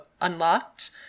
unlocked